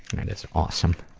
and is awesome.